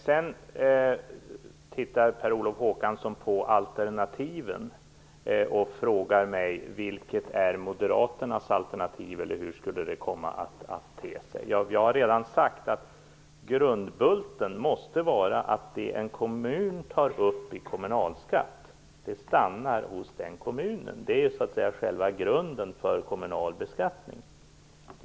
Sedan tittar Per Olof Håkansson på alternativen och frågar mig vilket som är moderaternas alternativ och hur det skulle komma att te sig. Jag har redan sagt att grundbulten måste vara att det en kommun tar upp i kommunalskatt stannar hos den kommunen. Det är själva grunden för kommunal beskattning.